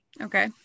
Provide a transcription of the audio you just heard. Okay